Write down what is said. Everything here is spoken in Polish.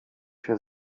się